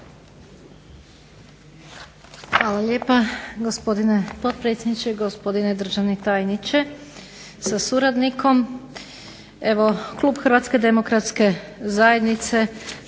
Hvala lijepa gospodine potpredsjedniče i gospodine državni tajniče sa suradnikom. Klub Hrvatske demokratske zajednice